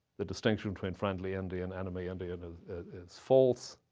the distinction between friendly indian, enemy indian is false.